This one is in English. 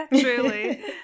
Truly